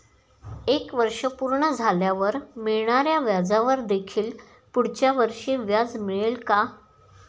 एक वर्ष पूर्ण झाल्यावर मिळणाऱ्या व्याजावर देखील पुढच्या वर्षी व्याज मिळेल का?